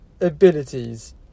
abilities